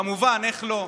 כמובן, איך לא.